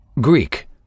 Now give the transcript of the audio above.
Greek